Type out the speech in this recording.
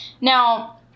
Now